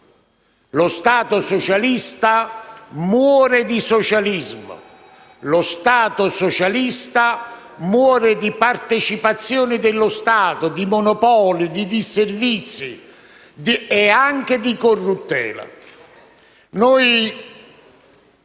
Lo Stato socialista muore di socialismo; lo Stato socialista muore di partecipazione dello Stato, di monopoli, di disservizi e anche di corruttela.